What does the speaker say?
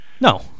No